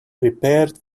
prepared